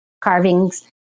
carvings